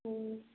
हुँ